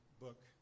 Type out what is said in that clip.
book